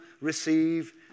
receive